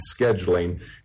scheduling